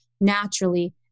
naturally